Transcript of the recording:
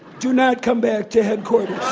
do not come back to headquarters.